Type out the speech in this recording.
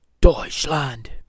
Deutschland